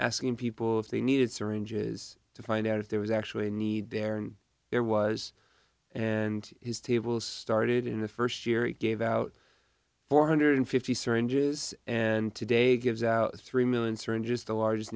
asking people if they needed syringes to find out if there was actually a need there and there was and his table started in the first year he gave out four hundred fifty syringes and today gives out three million syringes the largest